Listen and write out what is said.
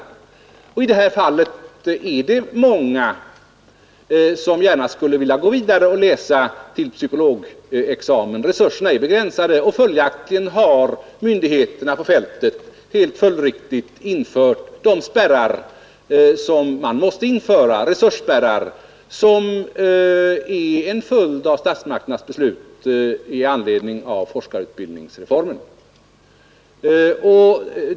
I det här fallet är det många som gärna skulle vilja gå vidare och läsa på psykologexamen. Resurserna är begränsade, och följaktligen har myndigheterna på fältet infört de resursspärrar som måste införas som en följd av statsmakternas beslut angående forskarutbildningsreformen.